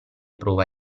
prova